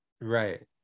right